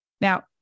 Now